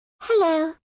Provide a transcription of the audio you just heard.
hello